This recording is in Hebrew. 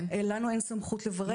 לנו אין סמכות לברר.